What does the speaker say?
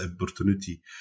opportunity